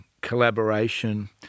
collaboration